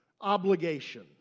obligation